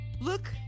look